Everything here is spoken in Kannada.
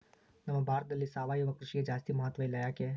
ನಮ್ಮ ಭಾರತದಲ್ಲಿ ಸಾವಯವ ಕೃಷಿಗೆ ಜಾಸ್ತಿ ಮಹತ್ವ ಇಲ್ಲ ಯಾಕೆ?